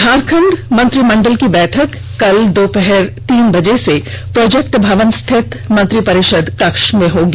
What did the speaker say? झारखंड मंत्रिमंडल की बैठक कल दोपहर तीन बजे से प्रोजक्ट भवन स्थित मंत्रिपरिषद कक्ष में होगी